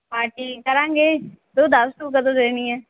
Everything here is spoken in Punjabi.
ਪਾਰਟੀ ਕਰਾਂਗੇ ਤੂੰ ਦੱਸ ਤੂੰ ਕਦੋਂ ਦੇਣੀ ਹੈ